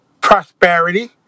prosperity